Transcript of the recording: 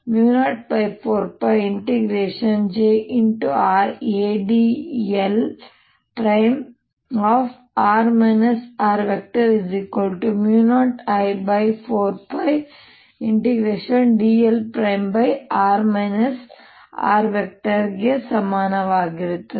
adl|r r|0I4πdl|r r| ಗೆ ಸಮನಾಗಿರುತ್ತದೆ